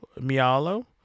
Mialo